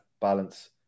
balance